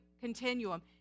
continuum